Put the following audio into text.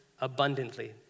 abundantly